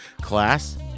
Class